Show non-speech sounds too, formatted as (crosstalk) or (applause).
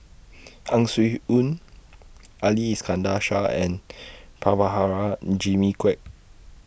(noise) Ang Swee Aun Ali Iskandar Shah and Prabhakara Jimmy Quek